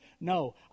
No